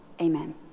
Amen